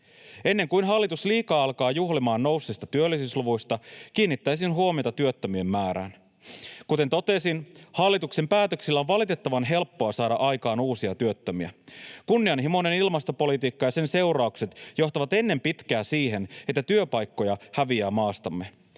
Ennen kuin hallitus liikaa alkaa juhlimaan nousseista työllisyysluvuista, kiinnittäisin huomiota työttömien määrään. Kuten totesin, hallituksen päätöksillä on valitettavan helppoa saada aikaan uusia työttömiä. Kunnianhimoinen ilmastopolitiikka ja sen seuraukset johtavat ennen pitkää siihen, että työpaikkoja häviää maastamme.